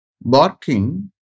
barking